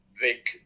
Vic